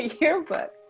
yearbook